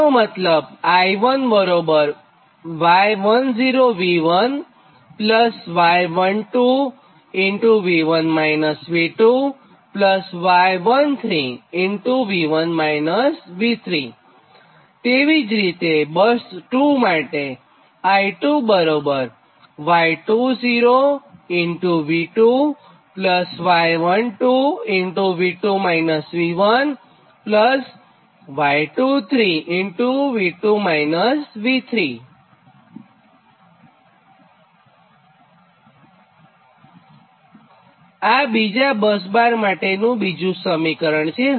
તેનો મતલબ તે જ રીતે બસ 2 માટે આ બીજા બસબાર માટેનું બીજું સમીકરણ છે